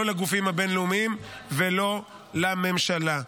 לא לגופים הבין-לאומיים ולא לממשלה.